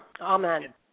amen